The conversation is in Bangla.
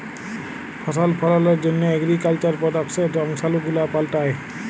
ফসল ফললের জন্হ এগ্রিকালচার প্রডাক্টসের বংশালু গুলা পাল্টাই